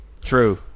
True